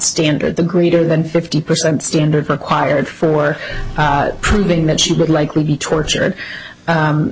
standard the greater than fifty percent standard required for proving that she would likely be tortured